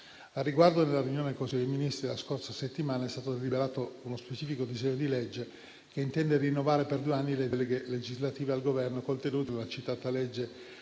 riguardo, nella riunione del Consiglio dei ministri della scorsa settimana è stato deliberato uno specifico disegno di legge, che intende rinnovare per due anni le deleghe legislative al Governo contenute nella citata legge